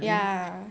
ya